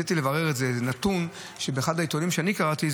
רציתי לברר נתון באחד העיתונים שקראתי,